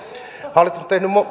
hallitus on tehnyt